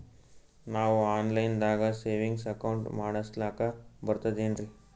ನಾವು online ದಾಗ savings account ಮಾಡಸ್ಲಾಕ ಬರ್ತದೇನ್ರಿ?